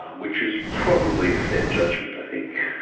um which is probably a fair judgement i think,